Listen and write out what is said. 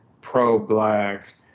pro-Black